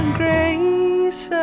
grace